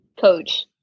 coach